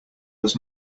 was